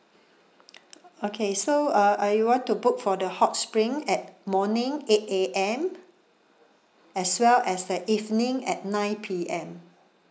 okay so uh I want to book for the hot spring at morning eight A_M as well as the evening at nine P_M